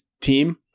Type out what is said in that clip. team